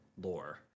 lore